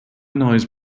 nuys